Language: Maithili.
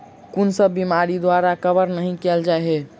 कुन सब बीमारि द्वारा कवर नहि केल जाय है?